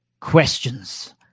questions